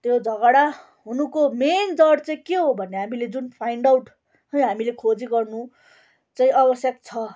त्यो झगडा हुनुको मेन जड चाहिँ के हो भने हामीले जुन फाइन्ड आउट है हामीले खोजी गर्नु चाहिँ आवश्यक छ